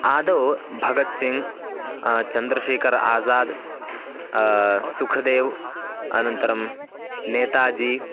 आदौ भगत्सिङ्ग् चन्द्रशेखर् आज़ादः सुखदेवः अनन्तरं नेताजी